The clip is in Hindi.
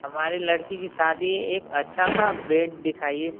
हमारी लड़की की शादी है एक अच्छा सा बेड दिखाइए